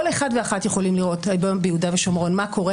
כל אחד ואחת יכולים לראות גם ביהודה ושומרון מה קורה